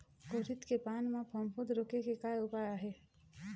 उरीद के पान म फफूंद रोके के का उपाय आहे?